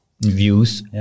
views